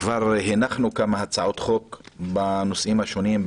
כבר הנחנו הצעות חוק בנושאים השונים,